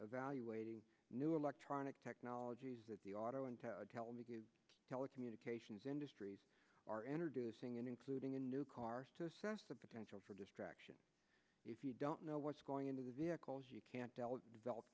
evaluating new electronic technologies that the auto and telecommunications industries are introducing including a new car to assess the potential for distraction if you don't know what's going into the vehicles you can't hel